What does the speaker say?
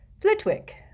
Flitwick